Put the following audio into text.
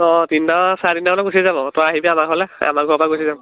অঁ তিনিটা চাৰে তিনিটামানত গুচি যাম আকৌ তই আহিবি আমাৰ ঘৰলৈ আমাৰ ঘৰৰ পৰা গুচি যাম